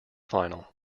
final